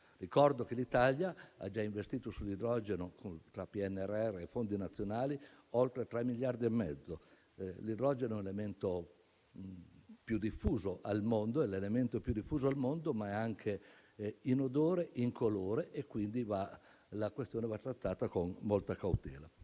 Ricordo che l'Italia ha già investito sull'idrogeno, tra PNRR e fondi nazionali, oltre 3,5 miliardi. L'idrogeno è l'elemento più diffuso al mondo, ma è anche inodore e incolore e quindi la questione va trattata con molta cautela.